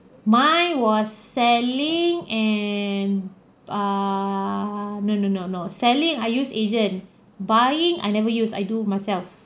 mine was selling and err no no no no selling I use agent buying I never use I do myself